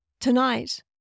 Tonight